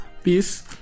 peace